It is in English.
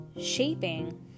shaping